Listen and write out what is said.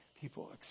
people